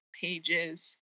pages